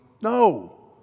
no